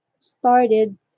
started